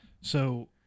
So-